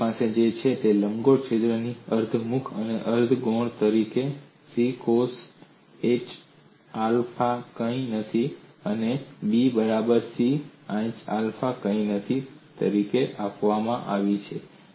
તો તમારી પાસે જે છે તે લંબગોળ છિદ્રની અર્ધ મુખ્ય અને અર્ધ ગૌણ ધરીઓ c કોસ h આલ્ફા કંઈ નથી અને b બરાબર c સાઈન h આલ્ફા કંઈ નથી તરીકે આપવામાં આવી છે